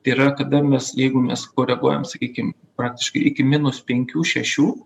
tai yra kada mes jeigu mes koreguojam sakykim praktiškai iki minus penkių šešių